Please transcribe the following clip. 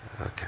Okay